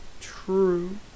True